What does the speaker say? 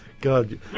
God